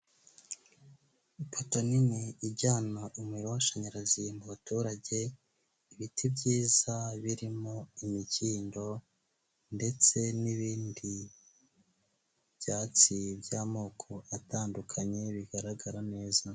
Ipoto nini ijyana umuriro w'amashanyarazi mu baturage, ibiti byiza birimo imikindo ndetse n'ibindi byatsi by'amoko atandukanye bigaragara neza.